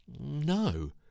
no